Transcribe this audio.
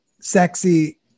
sexy